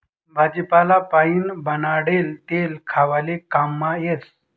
भाजीपाला पाइन बनाडेल तेल खावाले काममा येस